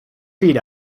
feet